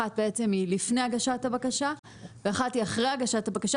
אחת היא לפני הגשת הבקשה ואחת היא אחרי הגשת הבקשה,